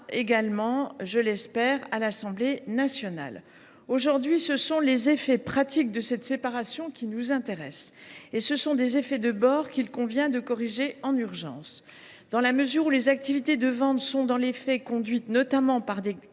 prochainement – je l’espère – à l’Assemblée nationale. Aujourd’hui, ce sont les effets pratiques de cette séparation qui nous intéressent. Et ce sont des effets de bord qu’il convient de corriger en urgence. Dans la mesure où, dans les faits, les activités de vente sont conduites notamment par des